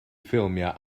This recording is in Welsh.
ffilmiau